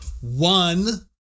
one